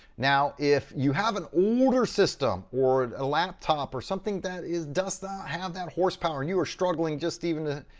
now if you have an older system or a laptop or something that does not have that horsepower and you are struggling just even at